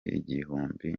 igihumbi